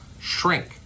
shrink